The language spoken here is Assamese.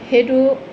সেইটো